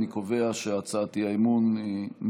אני קובע שהצעת האי-אמון נדחתה.